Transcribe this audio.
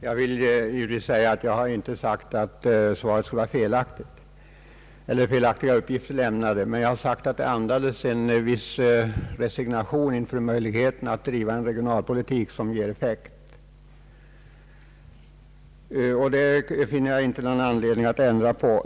Herr talman! Jag har givetvis inte påstått att svaret skulle innehålla felaktiga uppgifter. Vad jag sagt är att det andades en viss resignation inför möjligheten att driva en regionalpolitik som ger effekt. Det påståendet finner jag inte någon anledning att ändra på.